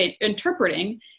interpreting